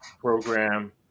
program